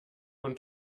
und